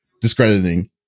discrediting